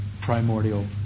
primordial